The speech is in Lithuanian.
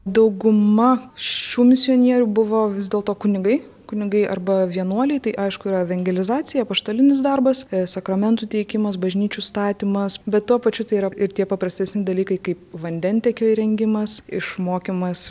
dauguma šių misionierių buvo vis dėlto kunigai kunigai arba vienuoliai tai aišku yra evangelizacija apaštalinis darbas sakramentų teikimas bažnyčių statymas bet tuo pačiu tai yra ir tie paprastesni dalykai kaip vandentiekio įrengimas išmokymas